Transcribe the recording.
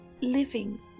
living